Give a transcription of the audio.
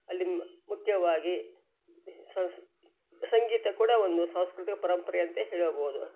ಅಲ್ಲಿ ಮುಖ್ಯವಾಗಿ ಸಂಗೀತ ಕೂಡ ಒಂದು ಸಾಂಸ್ಕೃತಿಕ ಪರಂಪರೆಯಂತೆ ಹೇಳಬೋದು